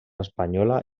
espanyola